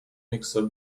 mixer